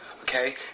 Okay